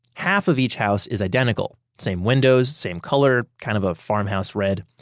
half of each house is identical, same windows, same color, kind of a farmhouse red.